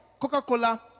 Coca-Cola